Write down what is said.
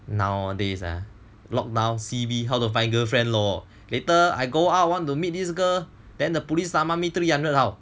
nowadays ah lock down C_B how to find girlfriend loh later I go out want to meet this girl then the police summon three hundred how